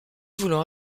voulant